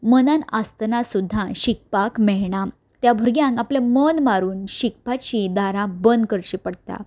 मनान आसतना सुद्दां शिकपाक मेयना त्या भुरग्यांक आपलें मन मारून शिकपाचीं दारां बंद करची पडटा